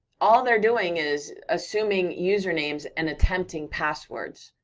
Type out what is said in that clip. all they're doing is assuming usernames and attempting passwords,